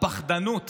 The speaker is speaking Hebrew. הפחדנות